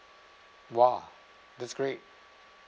!wah! that's great